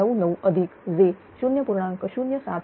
8099j 0